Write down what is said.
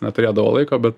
neturėdavo laiko bet